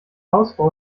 hausfrau